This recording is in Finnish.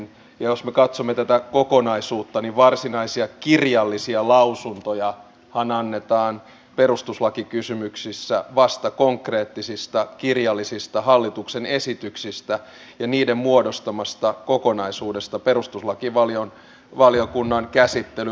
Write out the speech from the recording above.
ja jos me katsomme tätä kokonaisuutta niin varsinaisia kirjallisia lausuntojahan annetaan perustuslakikysymyksissä vasta konkreettisista kirjallisista hallituksen esityksistä ja niiden muodostamasta kokonaisuudesta perustuslakivaliokunnan käsittelyvaiheessa